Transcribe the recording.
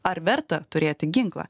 ar verta turėti ginklą